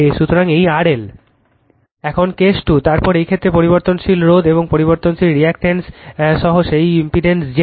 সুতরাং এখন কেস 2 তারপর এই ক্ষেত্রে পরিবর্তনশীল রোধ এবং পরিবর্তনশীল রিঅ্যাকটেন্স সহ সেই ইম্পিডেন্স ZL